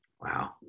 Wow